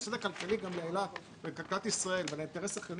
ההפסד הכלכלי גם לאילת וגם לכלכלת ישראל והאינטרס החיוני